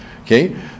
Okay